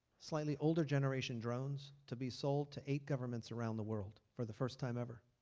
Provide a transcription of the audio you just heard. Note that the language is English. slightly older generation drones to be sold to eight governments around the world for the first time ever.